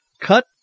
cut